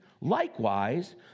likewise